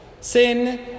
Sin